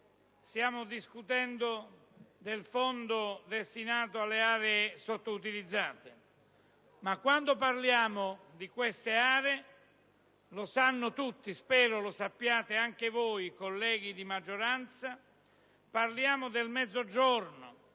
stiamo discutendo del Fondo destinato alle aree sottoutilizzate. Quando però parliamo di queste aree, tutti sanno - e io spero lo sappiate anche voi, colleghi della maggioranza - che parliamo del Mezzogiorno,